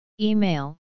Email